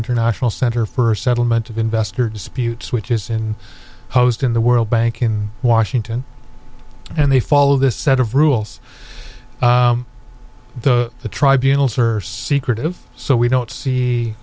international center for settlement of investor disputes which is in post in the world bank in washington and they follow this set of rules the the tribunals are secretive so we don't see